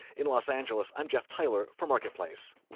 in los angeles, i'm jeff tyler for marketplace